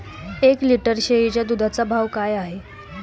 एक लिटर शेळीच्या दुधाचा भाव काय आहे?